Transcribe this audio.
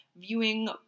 Viewing